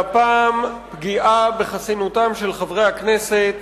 הפעם אנו דנים בפגיעה בחסינותם של חברי הכנסת